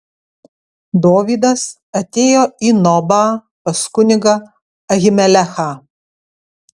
dovydas atėjo į nobą pas kunigą ahimelechą